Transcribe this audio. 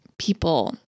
people